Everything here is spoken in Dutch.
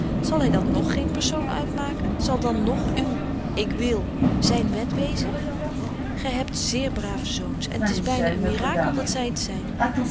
zal hy dan nog geen persoon uitmaken zal dan nog uw ik wil zyn wet wezen gy hebt zeer brave zoons en t is byna een mirakel dat zy het zyn